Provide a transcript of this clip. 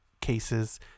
cases